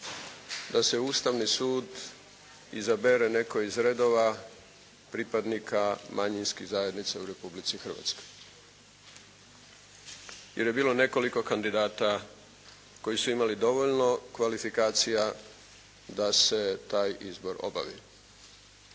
da se u Ustavni sud izabere netko iz redova pripadnika manjinskih zajednica u Republici Hrvatskoj jer je bilo nekoliko kandidata koji su imali dovoljno kvalifikacija da se taj izbor obavi.